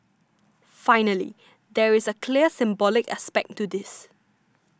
finally there is clearly a symbolic aspect to this